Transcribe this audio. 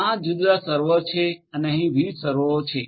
આ જુદા જુદા સર્વરો છે અને અહીં વિવિધ સર્વરો છે